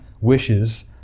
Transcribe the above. wishes